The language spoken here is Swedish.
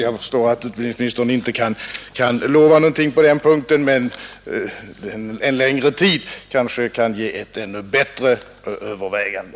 Jag förstår att utbildningsministern inte kan lova någonting på denna punkt, men en längre tid kanske kan ge ett ännu bättre övervägande.